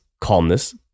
calmness